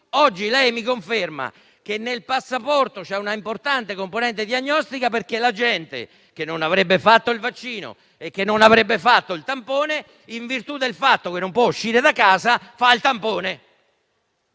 Oggi lei mi conferma che nel passaporto c'è un'importante componente diagnostica perché la gente che non avrebbe fatto il vaccino e il tampone, in virtù del fatto che non può uscire di casa, fa il tampone.